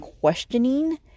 questioning